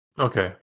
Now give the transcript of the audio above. Okay